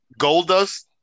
Goldust